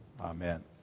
Amen